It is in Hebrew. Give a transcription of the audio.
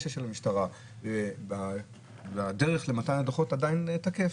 של המשטרה והדרך למתן הדוחות עדיין תקפים?